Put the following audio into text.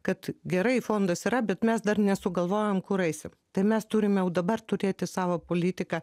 kad gerai fondas yra bet mes dar nesugalvojom kur eisim tai mes turim jau dabar turėti savo politiką